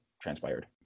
transpired